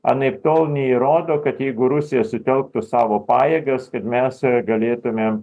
anaiptol neįrodo kad jeigu rusija sutelktų savo pajėgas pirmiausia galėtumėm